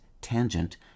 tangent